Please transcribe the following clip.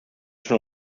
són